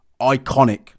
Iconic